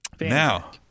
Now